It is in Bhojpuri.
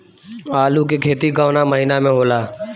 आलू के खेती कवना महीना में होला?